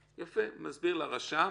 סעיף 21. הוא מסביר לרשם,